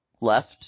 left